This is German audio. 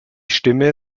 stimme